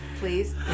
please